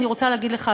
אני רוצה להגיד לך,